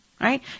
Right